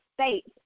states